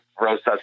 Rosas